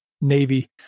Navy